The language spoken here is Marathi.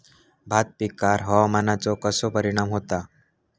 भात पिकांर हवामानाचो कसो परिणाम होता?